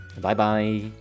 Bye-bye